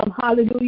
Hallelujah